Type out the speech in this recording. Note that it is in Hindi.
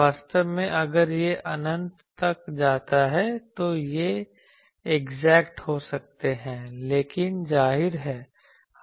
वास्तव में अगर यह अनंत तक जाता है तो ये एग्जैक्ट हो सकते हैं लेकिन जाहिर है हमें अलग करना होगा